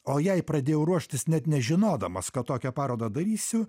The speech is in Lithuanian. o jai pradėjau ruoštis net nežinodamas kad tokią parodą darysiu